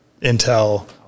Intel